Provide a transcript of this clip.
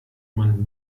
man